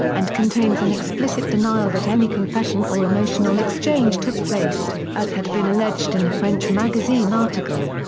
and contains an explicit denial that any confession or emotional exchange took place, as had been alleged in a french magazine article.